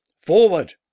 Forward